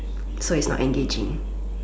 so it's not engaging